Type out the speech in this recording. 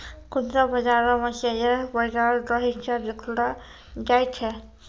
खुदरा बाजारो मे शेयर बाजार रो हिस्सा देखलो जाय छै